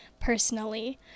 personally